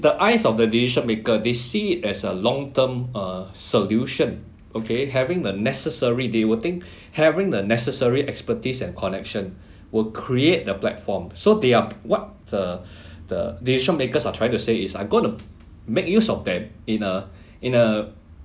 the eyes of the decision maker they see it as a long term uh solution okay having the necessary they will think having the necessary expertise and connection will create the platform so they are what the the decision makers are trying to say is I'm going to make use of them in a in a